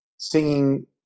singing